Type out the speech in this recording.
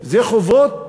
זה חובות